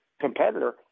competitor